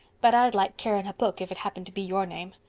but i'd like kerrenhappuch if it happened to be your name.